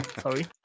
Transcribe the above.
sorry